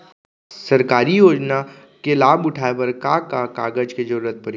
सरकारी योजना के लाभ उठाए बर का का कागज के जरूरत परही